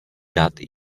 dat